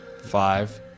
Five